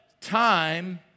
time